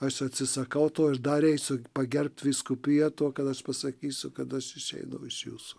aš atsisakau to aš dar eisiu pagerbt vyskupiją to kad aš pasakysiu kad aš aš išeinu iš jūsų